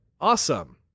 awesome